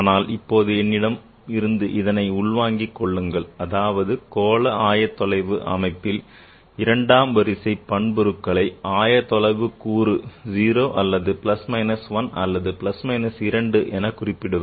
ஆனால் இப்போது என்னிடம் இருந்து இதனை உள்வாங்கிக் கொள்ளுங்கள் அதாவது கோள ஆயத்தொலைவு அமைப்பில் இரண்டாம் வரிசை பண்புருக்களை ஆயத்தொலைவுக்கூறு 0 அல்லது plus minus 1 அல்லது plus minus 2 என குறிப்பிடுவர்